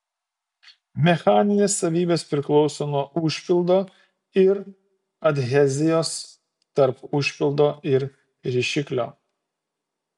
mechaninės savybės priklauso nuo užpildo ir adhezijos tarp užpildo ir rišiklio